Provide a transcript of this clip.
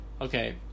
Okay